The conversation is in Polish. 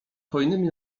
hojnymi